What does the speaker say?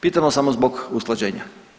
Pitamo samo zbog usklađenja.